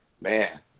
Man